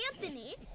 Anthony